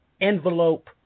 envelope